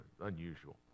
unusual